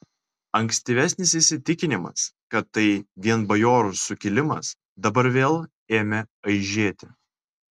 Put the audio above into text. ankstyvesnis įsitikinimas kad tai vien bajorų sukilimas dabar vėl ėmė aižėti